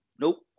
Nope